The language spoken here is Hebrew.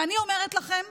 ואני אומרת לכם,